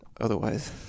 Otherwise